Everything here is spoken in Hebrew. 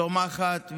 צומחת,